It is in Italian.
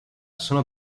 sono